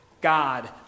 God